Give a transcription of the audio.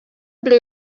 blue